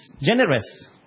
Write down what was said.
generous